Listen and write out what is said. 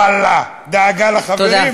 ואללה, דאגה לחברים.